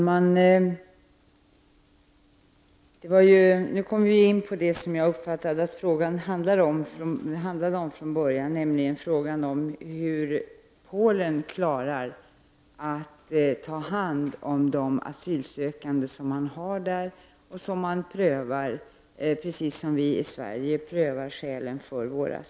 Herr talman! Nu kom vi in på det som jag från början uppfattade att frågan handlade om, nämligen frågan om hur Polen klarar att ta hand om de asylsökande som Polen har och som man prövar, precis som vi gör i Sverige, skälen för.